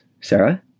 Sarah